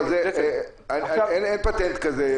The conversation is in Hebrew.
אין פטנט כזה,